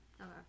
Okay